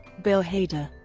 bill hader